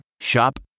Shop